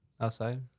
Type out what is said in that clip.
Outside